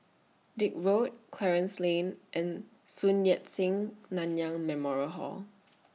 Dix Road Clarence Lane and Sun Yat Sen Nanyang Memorial Hall